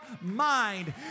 mind